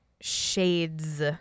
shades